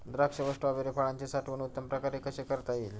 द्राक्ष व स्ट्रॉबेरी फळाची साठवण उत्तम प्रकारे कशी करता येईल?